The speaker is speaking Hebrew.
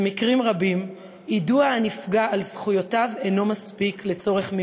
במקרים רבים יידוע הנפגע על זכויותיו אינו מספיק לצורך מימושן.